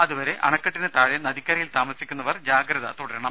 അതുവരെ അണക്കെട്ടിന് താഴെ നദിക്കരയിൽ താമസിക്കുന്നവർ ജാഗ്രത തുടരണം